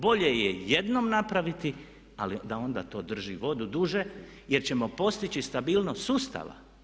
Bolje je jednom napraviti ali da onda to drži vodu duže jer ćemo postići stabilnost sustava.